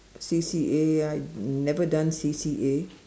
C_C_A I'd never done C_C_A